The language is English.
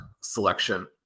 selection